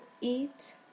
eat